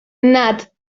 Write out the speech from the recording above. nat